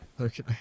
Okay